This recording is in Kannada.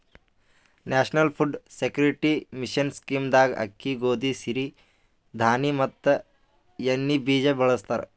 national food security mission scheme ದಾಗ ಅಕ್ಕಿ, ಗೋದಿ, ಸಿರಿ ಧಾಣಿ ಮತ್ ಎಣ್ಣಿ ಬೀಜ ಬೆಳಸ್ತರ